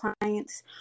clients